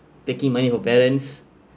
taking money from parents